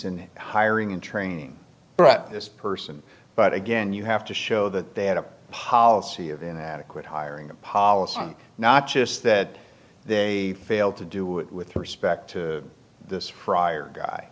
in hiring and training but this person but again you have to show that they had a policy of inadequate hiring a policy not just that they failed to do it with respect to this friar guy